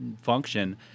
function